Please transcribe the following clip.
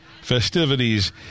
festivities